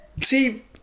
See